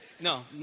no